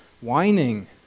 whining